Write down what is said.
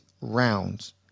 rounds